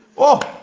all